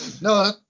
no